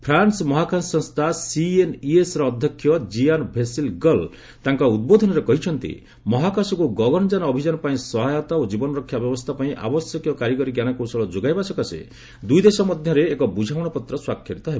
France ମହାକାଶ ସଂସ୍ଥା ସିଏନଇଏସର ଅଧ୍ୟକ୍ଷ ଜିଆନ୍ ଭେସ୍ଲି ଗଲ୍ ତାଙ୍କ ଉଦ୍ବୋଧନରେ କହିଚ୍ଚନ୍ତି ମହାକାଶକୁ ଗଗନଯାନ ଅଭିଯାନ ପାଇଁ ସହାୟତା ଓ ଜୀବନରକ୍ଷା ବ୍ୟବସ୍ଥା ପାଇଁ ଆବଶ୍ୟକୀୟ କାରିଗରୀ ଜ୍ଞାନ କୌଶଳ ଯୋଗାଇବା ସକାଶେ ଦୁଇଦେଶ ମଧ୍ୟରେ ଏକ ବୁଝାମଣା ପତ୍ର ସ୍ୱାକ୍ଷରିତ ହେବ